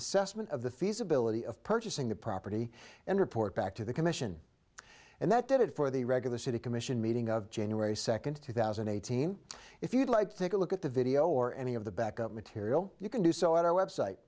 assessment of the feasibility of purchasing the property and report back to the commission and that did it for the regular city commission meeting of january second two thousand and eighteen if you'd like to take a look at the video or any of the backup material you can do so at our website